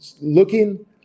looking